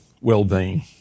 well-being